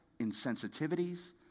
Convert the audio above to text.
insensitivities